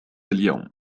اليوم